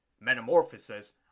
Metamorphosis